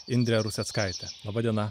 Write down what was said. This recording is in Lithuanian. indre ruseckaite laba diena